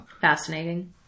Fascinating